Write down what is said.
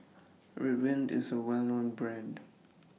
Ridwind IS A Well known Brand